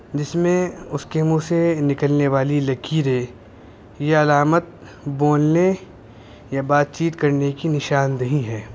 جس میں اس کے منہ سے نکلنے والی لکیرے یہ علامت بولنے یا بات چیت کرنے کی نشان نہیں ہے